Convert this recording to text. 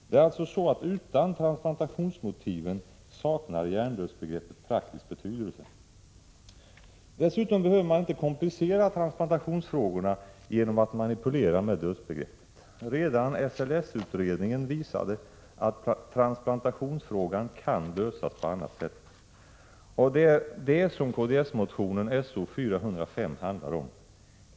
Det är alltså så, att utan transplantationsmotiven saknar hjärndödsbegreppet praktisk betydelse. Dessutom behöver man inte komplicera transplantationsfrågorna genom att manipulera med dödsbegreppet. Redan SLS-utredningen visade att transplantationsfrågorna kan lösas på annat sätt — och det är det som kds-motionen §0405 handlar om.